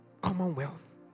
Commonwealth